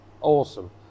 awesome